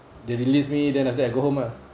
they release me then after I go home ah